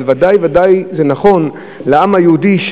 אבל ודאי וודאי זה נכון לעם היהודי,